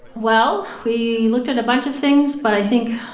well, we looked at a bunch of things, but i think